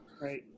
Right